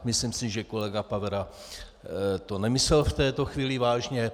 Myslím si, že kolega Pavera to nemyslel v této chvíli vážně.